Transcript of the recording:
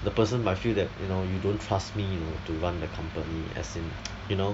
the person might feel that you know you don't trust me to to run the company as in you know